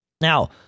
Now